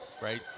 right